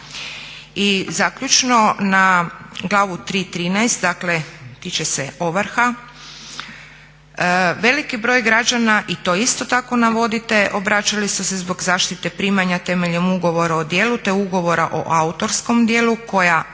I zaključno na glavu 3.13, dakle tiče se ovrha, veliki broj građana i to isto tako navodite obraćali su se zbog zaštite primanja temeljem ugovora o djelu, te ugovora o autorskom djelu koja